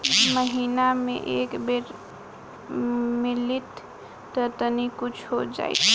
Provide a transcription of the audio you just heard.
महीना मे एक बेर मिलीत त तनि कुछ हो जाइत